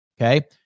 okay